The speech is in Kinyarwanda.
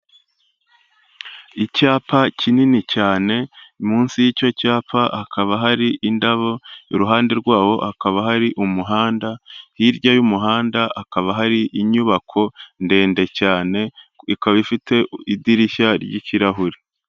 Icyapa kinini cyane munsi y'icyo cyapa hakaba hari indabo, iruhande rwabo hakaba hari umuhanda, hirya y'umuhandakaba hari inyubako ndende cyane ikaba ifite idirishya ry'ikirahure.